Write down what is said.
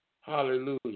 Hallelujah